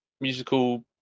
musical